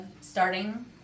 starting